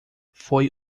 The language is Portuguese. foi